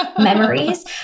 memories